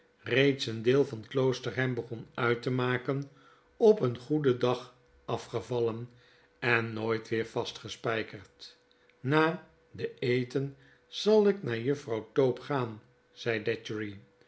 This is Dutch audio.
reeds een deel van kloosterham begon uit te maken op een goeden dag afgevallen en nooit weer vastgespgkerd na den eten zal ik naar juffrouw tope gaan